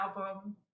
album